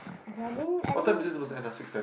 I didn't I didn't